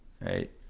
right